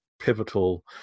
pivotal